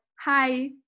hi